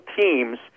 teams